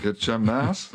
ir čia mes